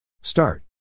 Start